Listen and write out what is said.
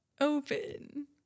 open